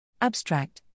Abstract